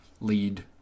lead